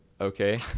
Okay